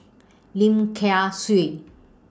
Lim Kay Siu